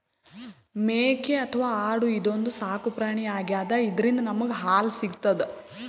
ಮೇಕೆ ಅಥವಾ ಆಡು ಇದೊಂದ್ ಸಾಕುಪ್ರಾಣಿ ಆಗ್ಯಾದ ಇದ್ರಿಂದ್ ನಮ್ಗ್ ಹಾಲ್ ಸಿಗ್ತದ್